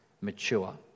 mature